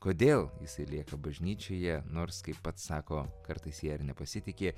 kodėl jisai lieka bažnyčioje nors kaip pats sako kartais ja ir nepasitiki